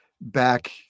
back